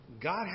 God